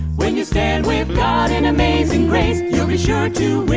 when you stand with god in amazing grace you'll be sure to win